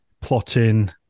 plotting